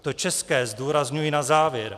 To české zdůrazňuji na závěr.